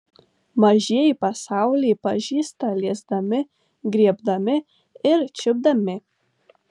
mažieji pasaulį pažįsta liesdami griebdami ir čiupdami